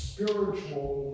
Spiritual